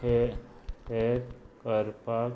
हें हें करपाक